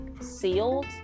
sealed